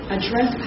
Address